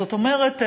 זאת אומרת,